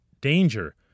danger